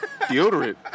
Deodorant